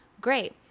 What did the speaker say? Great